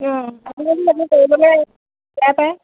আপুনি যদি সেইবোৰ কৰিবলৈ বেয়া পায়